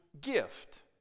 gift